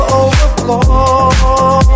overflow